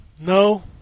No